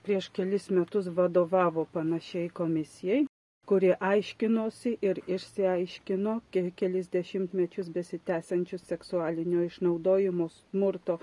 prieš kelis metus vadovavo panašiai komisijai kuri aiškinosi ir išsiaiškino ke kelis dešimtmečius besitęsiančius seksualinio išnaudojimo smurto